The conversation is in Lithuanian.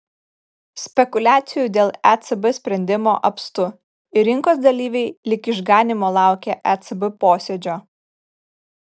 spekuliacijų dėl ecb sprendimo apstu ir rinkos dalyviai lyg išganymo laukia ecb posėdžio